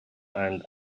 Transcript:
and